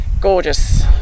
gorgeous